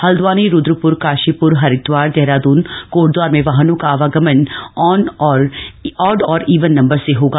हल्दवानी रुद्रपुर काशीपुर हरिद्वार देहरादून कोटद्वार में वाहनों का आवागमन ऑड और ईवन नंबर से होगा